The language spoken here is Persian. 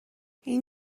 این